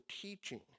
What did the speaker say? teaching